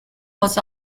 was